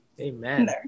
Amen